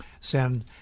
send